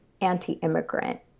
anti-immigrant